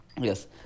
yes